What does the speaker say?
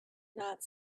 not